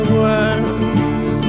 words